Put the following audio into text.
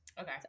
Okay